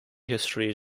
history